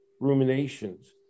ruminations